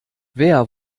wer